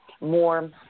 more